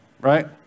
right